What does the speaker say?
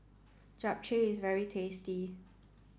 Japchae is very tasty